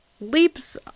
leaps